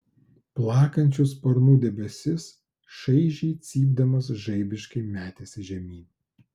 plakančių sparnų debesis šaižiai cypdamas žaibiškai metėsi žemyn